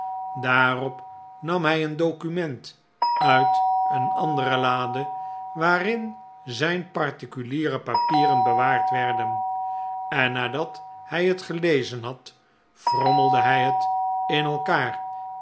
daarop nam hij een document uit een andere lade waarin zijn particuliere papieren bewaard werden en nadat hij het gelezen had frommelde hij het in elkaar